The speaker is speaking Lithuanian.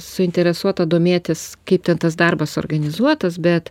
suinteresuota domėtis kaip ten tas darbas organizuotas bet